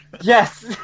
Yes